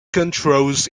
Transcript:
controls